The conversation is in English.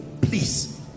please